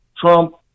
Trump